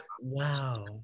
wow